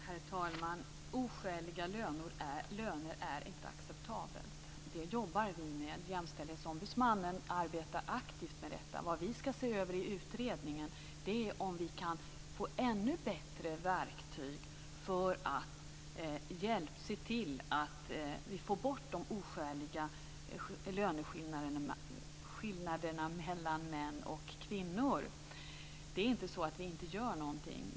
Herr talman! Oskäliga löner är inte acceptabelt. Det jobbar vi med. Jämställdhetsombudsmannen arbetar aktivt med detta. Vad vi skall se över i utredningen är om vi kan få ännu bättre verktyg för att se till att vi får bort de oskäliga löneskillnaderna mellan män och kvinnor. Det är inte så att vi inte gör någonting.